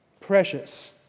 ...precious